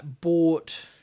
bought